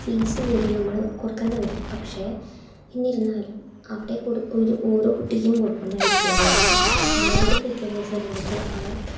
fees ഗഡു നമ്മള് കൊടുക്കണ്ട വരും പക്ഷേ എന്നിരുന്നാലും അവിടെ കൊടുക്കുന്ന ഓരോ കുട്ടിക്കും കൊടുക്കുന്ന വിദ്യാഭ്യാസം അവരുടെ വിദ്യാഭ്യസ രംഗത്ത് അവർ